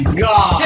god